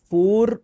Four